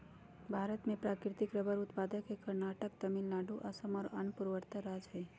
भारत में प्राकृतिक रबर उत्पादक के कर्नाटक, तमिलनाडु, असम और अन्य पूर्वोत्तर राज्य हई